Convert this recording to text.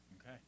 Okay